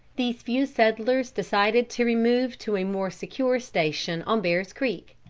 these few settlers decided to remove to a more secure station on bear's creek.